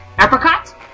apricot